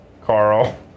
Carl